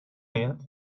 آید